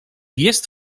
jest